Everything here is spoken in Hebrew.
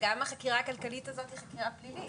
שגם החקירה הכלכלית הזו היא חקירה פלילית.